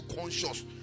conscious